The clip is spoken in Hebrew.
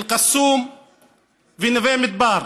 אל-קסום ונווה מדבר.